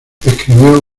escribió